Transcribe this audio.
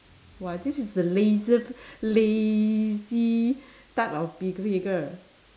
!wah! this is laziest lazy type of girl